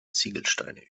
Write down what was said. ziegelsteine